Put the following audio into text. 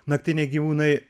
naktiniai gyvūnai